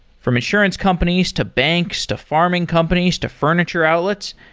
from insurance companies, to banks, to farming companies, to furniture outlets.